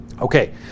Okay